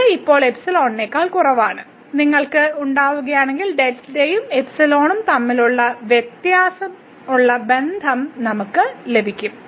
ഇത് ഇപ്പോൾ എന്നതിനേക്കാൾ കുറവാണ് നിങ്ങൾ ഉണ്ടാക്കുകയാണെങ്കിൽ δ ഉം ഉം തമ്മിലുള്ള ബന്ധം നമ്മൾക്ക് ലഭിക്കും